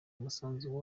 umusanzu